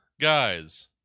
guys